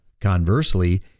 conversely